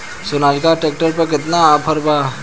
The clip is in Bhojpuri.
सोनालीका ट्रैक्टर पर केतना ऑफर बा?